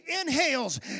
inhales